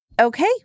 Okay